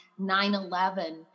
9-11